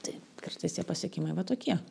tai kartais tie pasiekimai va tokie